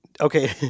Okay